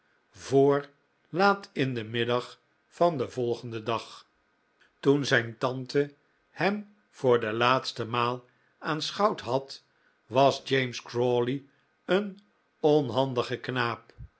voor laat in den middag van den volgenden dag toen zijn tante hem voor de laatste maal aanschouwd had was james crawley een onhandige knaap